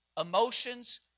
emotions